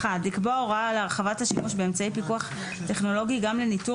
לקבוע הוראה להרחבת השימוש באמצעי פיקוח טכנולוגי גם לניטור